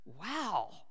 Wow